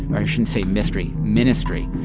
or i shouldn't say mystery ministry.